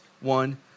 one